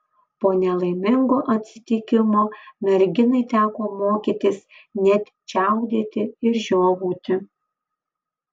po nelaimingo atsitikimo merginai teko mokytis net čiaudėti ir žiovauti